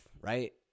right